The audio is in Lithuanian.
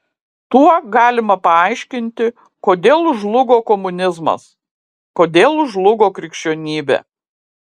tuo galima paaiškinti kodėl žlugo komunizmas kodėl žlugo krikščionybė